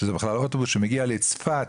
כשזה בכלל אוטובוס שמגיע לצפת,